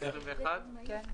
כן.